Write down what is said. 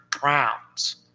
Browns